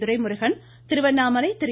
Duraimurugan Tiruvannamalai Thiru